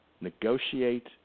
negotiate